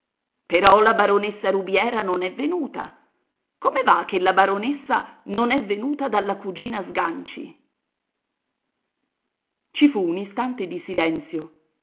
però la baronessa rubiera non è venuta come va che la baronessa non è venuta dalla cugina sganci ci fu un istante di silenzio